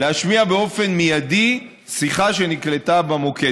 להשמיע באופן מיידי שיחה שנקלטה במוקד.